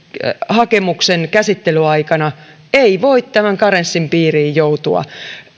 hakemuksen käsittelyaikana ei voi tämän karenssin piiriin joutua